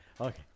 Okay